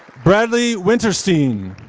bradley wintersteen.